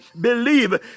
believe